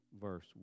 verse